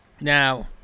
Now